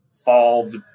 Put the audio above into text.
involved